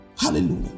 Hallelujah